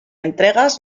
entregas